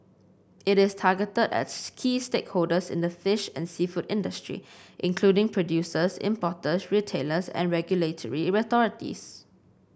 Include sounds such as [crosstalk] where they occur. it is targeted at [unintelligible] key stakeholders in the fish and seafood industry including producers importers retailers and regulatory authorities